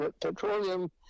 petroleum